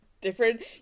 Different